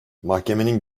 mahkemenin